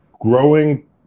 growing